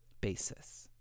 basis